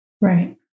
Right